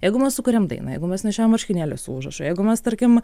jeigu mes sukuriam dainą jeigu mes nešiojam marškinėlius su užrašu jeigu mes tarkim